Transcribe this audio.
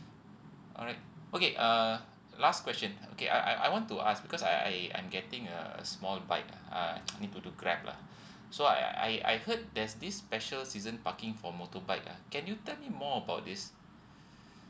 alright okay uh last question okay I I want to ask because I I I'm getting uh a small bike uh I need to to grab lah so I I I heard there's this special season parking for motorbike ah can you tell me more about this